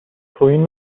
توهین